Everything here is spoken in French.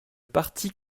parti